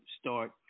start